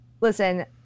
Listen